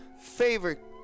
favorite